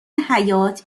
حیات